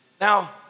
Now